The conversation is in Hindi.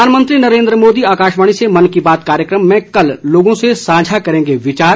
प्रधानमंत्री नरेन्द्र मोदी आकाशवाणी से मन की बात कार्यक्रम में कल लोगों से साझा करेंगे विचार